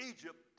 Egypt